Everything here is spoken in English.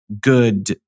good